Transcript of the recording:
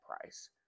price